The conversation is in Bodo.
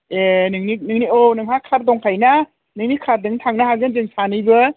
एह नोंनि नोंनि औ नोंहा कार दंखायो ना नोंनि कारजोंनो थांनो हागोन जों सानैबो